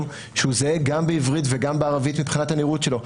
שהוא זהה גם בעברית וגם בערבית מבחינת הנראות שלו.